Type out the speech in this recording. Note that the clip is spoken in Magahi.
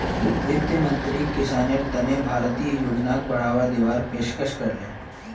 वित्त मंत्रीक किसानेर तने भारतीय योजनाक बढ़ावा दीवार पेशकस करले